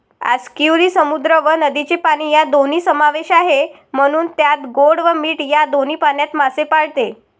आस्कियुरी समुद्र व नदीचे पाणी या दोन्ही समावेश आहे, म्हणून त्यात गोड व मीठ या दोन्ही पाण्यात मासे पाळते